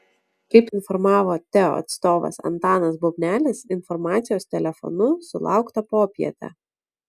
kaip informavo teo atstovas antanas bubnelis informacijos telefonu sulaukta popietę